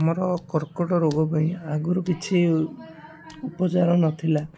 ଆମର କର୍କଟ ରୋଗ ପାଇଁ ଆଗରୁ କିଛି ଉପଚାର ନଥିଲା